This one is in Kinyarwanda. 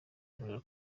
vuriro